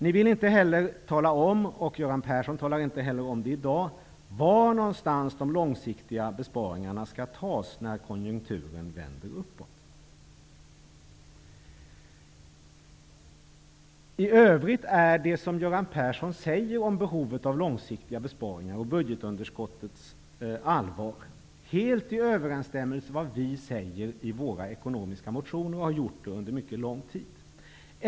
Ni ville inte heller tala om -- Göran Persson talar inte heller om det i dag -- var de långsiktiga besparingarna skall göras när konjunkturen vänder uppåt. I övrigt är det som Göran Persson säger om behovet av långsiktiga besparingar och budgetunderskottets allvar helt i överensstämmelse med vad vi säger i våra ekonomiska motioner och har sagt under mycket lång tid.